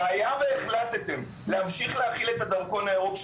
והיה והחלטתם להמשיך להחיל את הדרכון הירוק,